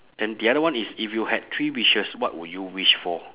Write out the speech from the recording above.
then the other one is if you had three wishes what will you wish for